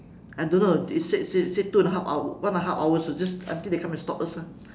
I don't know they said said said two and a half hour one and half hour so just until they come and stop us ah